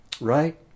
Right